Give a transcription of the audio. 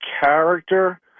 character